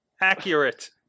Accurate